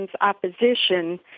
opposition